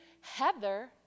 Heather